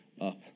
up